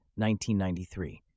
1993